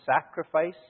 sacrifice